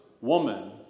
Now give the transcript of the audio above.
woman